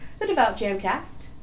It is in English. #TheDevoutJamcast